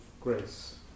grace